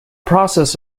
process